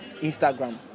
Instagram